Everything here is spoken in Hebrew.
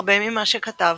הרבה ממה שכתב